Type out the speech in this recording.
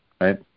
right